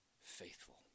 faithful